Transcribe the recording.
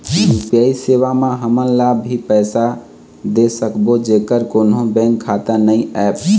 UPI सेवा म हमन ओला भी पैसा दे सकबो जेकर कोन्हो बैंक खाता नई ऐप?